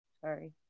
Sorry